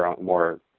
more